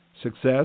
Success